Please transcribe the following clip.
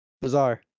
bizarre